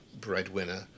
breadwinner